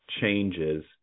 changes